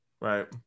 right